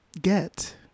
get